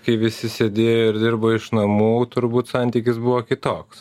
kai visi sėdėjo ir dirbo iš namų turbūt santykis buvo kitoks